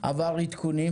עבר עדכונים.